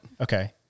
Okay